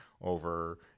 over